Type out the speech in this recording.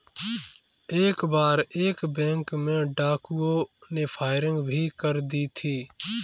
एक बार एक बैंक में डाकुओं ने फायरिंग भी कर दी थी